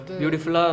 beautiful